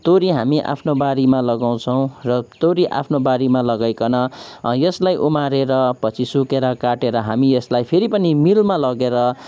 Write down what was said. तोरी हामी आफ्नो बारीमा लगाउछौँ र तोरी आफ्नो बारीमा लगाइकन यसलाई उमारेर पछि सुकेर काटेर हामी यसलाई फेरि पनि मिलमा लगेर